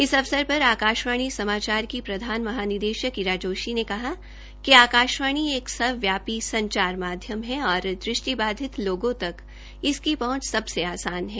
इस अवसर पर आकाशवाणी समाचार की प्रधान महानिदेशक ईरा जोशी ने कहा कि आकाशवाणी एक सर्वव्यापी संचार माध्यम है और दृष्टि बाधितों तक इसकी पहंच सबसे आसान है